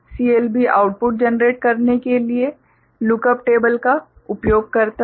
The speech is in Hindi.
CLB आउटपुट जनरेट करने के लिए लुक अप टेबल्स का उपयोग करता है